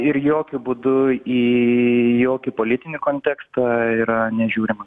ir jokiu būdu į jokį politinį kontekstą yra nežiūrima